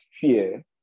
fear